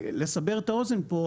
לסבר את האוזן פה,